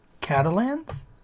Catalans